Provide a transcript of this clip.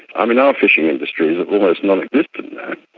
i mean, our fishing industry is almost non-existent now.